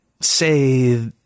say